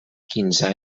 quinze